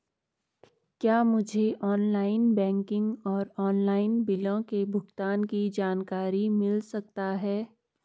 क्या मुझे online banking और ऑनलाइन बिलों के भुगतान की जानकारी मिल सकता है?